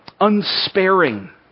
unsparing